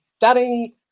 Daddy